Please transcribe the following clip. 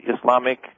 Islamic